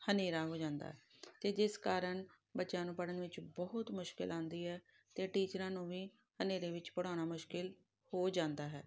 ਹਨੇਰਾ ਹੋ ਜਾਂਦਾ ਅਤੇ ਜਿਸ ਕਾਰਣ ਬੱਚਿਆਂ ਨੂੰ ਪੜ੍ਹਨ ਵਿੱਚ ਬਹੁਤ ਮੁਸ਼ਕਿਲ ਆਉਂਦੀ ਹੈ ਅਤੇ ਟੀਚਰਾਂ ਨੂੰ ਵੀ ਹਨੇਰੇ ਵਿੱਚ ਪੜ੍ਹਾਉਣਾ ਮੁਸ਼ਕਿਲ ਹੋ ਜਾਂਦਾ ਹੈ